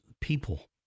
people